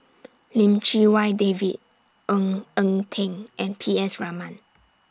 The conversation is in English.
Lim Chee Wai David Ng Eng Teng and P S Raman